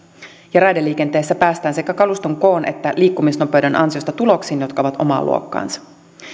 ja raideliikenteessä päästään sekä kaluston koon että liikkumisnopeuden ansiosta tuloksiin jotka ovat omaa luokkaansa